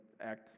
act